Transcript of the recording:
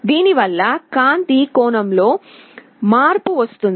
దీనివల్ల కాంతి కోణంలో మార్పు వస్తుంది